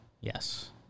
Yes